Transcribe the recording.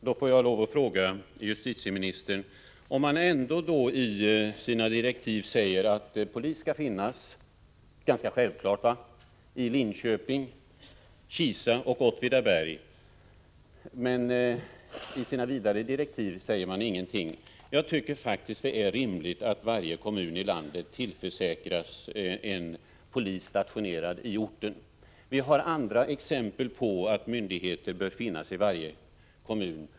Herr talman! I sina direktiv säger justitieministern att polis skall finnas — ganska självklart, eller hur? — i Linköping, Kisa och Åtvidaberg. Men i sina vidare direktiv säger han ingenting. Det är faktiskt rimligt att varje kommun i landet tillförsäkras en polis stationerad i orten. Jag kan ge andra exempel på att myndigheter bör finnas i varje kommun.